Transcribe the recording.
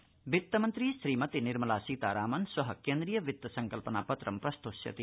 वित्त संकल्पना वित्तमन्त्री श्रीमती निर्मला सीतारमण श्व केन्द्रीय वित्त संकल्पना पत्रं प्रस्तोष्यति